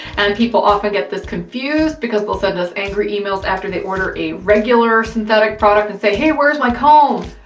and people often get this confused because they'll send us angry emails after they order a regular synthetic product and say, hey, where's my comb?